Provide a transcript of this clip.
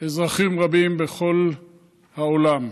אזרחים רבים בכל העולם.